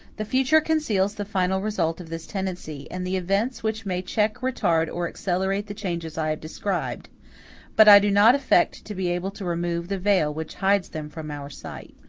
the future conceals the final result of this tendency, and the events which may check, retard, or accelerate the changes i have described but i do not affect to be able to remove the veil which hides them from our sight.